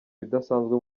ibidasanzwe